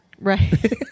Right